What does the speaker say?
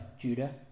Judah